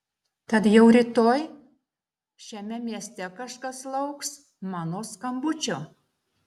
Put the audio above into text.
tad jau rytoj šiame mieste kažkas lauks mano skambučio